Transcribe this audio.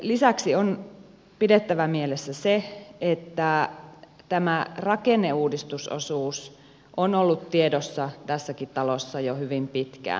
lisäksi on pidettävä mielessä se että tämä rakenneuudistusosuus on ollut tiedossa tässäkin talossa jo hyvin pitkään